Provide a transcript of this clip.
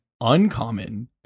Uncommon